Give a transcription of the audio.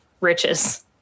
riches